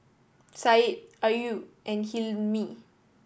Syed Ayu and Hilmi